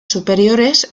superiores